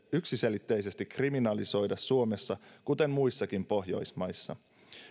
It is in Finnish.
yksiselitteisesti kriminalisoida suomessa kuten muissakin pohjoismaissa